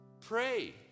Pray